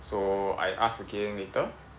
so I ask again later